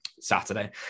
Saturday